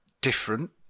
different